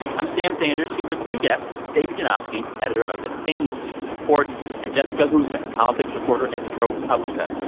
i'm sam sanders here with two guests david yanofsky, editor of the things team at quartz, and jessica huseman, politics reporter at propublica.